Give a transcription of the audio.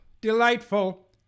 Delightful